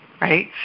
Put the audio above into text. right